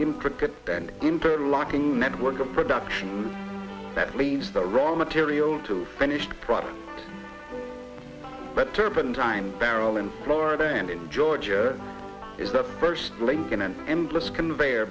intricate and interlocking network of production that leaves the raw material to finished product but turpentine barrel in florida and in georgia is the first lady going and endless conveyor